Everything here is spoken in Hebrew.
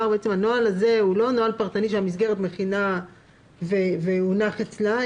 יובל אמר שהנוהל הזה הוא לא נוהל פרטני שהמסגרת מכינה והוא נח אצלה,